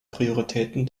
prioritäten